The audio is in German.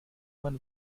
man